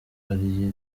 ariye